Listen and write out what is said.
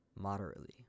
moderately